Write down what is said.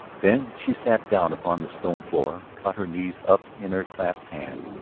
then she sat down upon the stone floor, caught her knees up in her clasped hands,